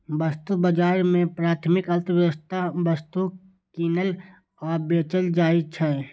वस्तु बाजार मे प्राथमिक अर्थव्यवस्थाक वस्तु कीनल आ बेचल जाइ छै